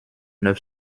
neuf